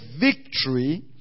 victory